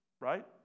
Right